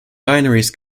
binaries